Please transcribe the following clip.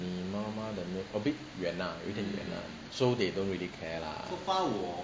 你妈妈的妹妹 oh a bit 远 lah 有一点远 lah